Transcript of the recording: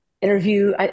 interview